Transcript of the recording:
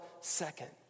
second